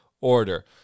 order